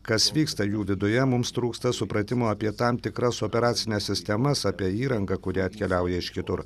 kas vyksta jų viduje mums trūksta supratimo apie tam tikras operacines sistemas apie įrangą kuri atkeliauja iš kitur